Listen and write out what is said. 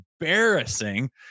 embarrassing